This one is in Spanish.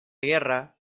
guerra